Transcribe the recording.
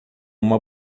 uma